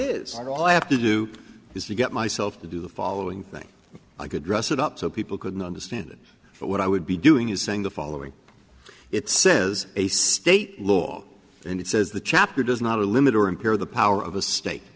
and all i have to do is to get myself to do the following thing i could dress it up so people couldn't understand it but what i would be doing is saying the following it says a state law and it says the chapter does not limit or impair the power of a state